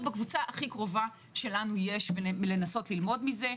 בקבוצה הכי קרובה שלנו יש לנסות ללמוד מזה,